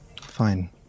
fine